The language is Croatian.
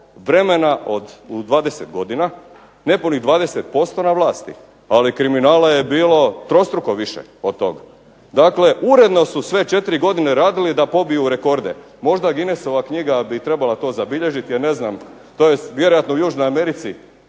vremena u 20 godina, nepunih 20% na vlasti. Ali kriminala je bilo trostruko više od tog. Dakle, uredno su sve četiri godine radili da pobiju rekorde. Možda Guinessova knjiga bi to trebala zabilježiti, jer ne znam, to je vjerojatno u Južnoj Americi